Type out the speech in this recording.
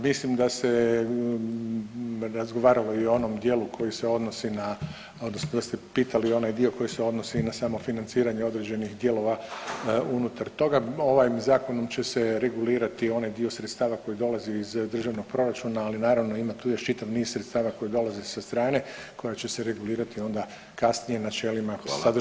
Mislim da se razgovaralo i o onom dijelu koji se odnosi na, odnosno da ste pitali i onaj dio koji se odnosi i na samo financiranje određenih dijelova unutar toga ovim zakonom će se regulirati onaj dio sredstava koji dolazi iz državnog proračuna, ali naravno ima tu još čitav niz sredstava koji dolaze sa strane koja će se regulirati onda kasnije načelima sadržanim u pravilniku.